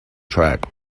track